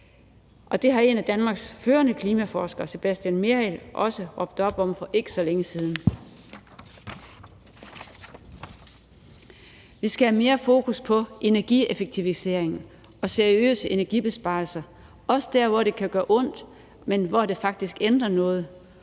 Det har en af Danmarks førende klimaforskere, Sebastian Mernild, også råbt op om for ikke så længe siden. Vi skal have mere fokus på energieffektivisering og seriøse energibesparelser også dér, hvor det kan gøre ondt, men hvor det faktisk ændrer noget,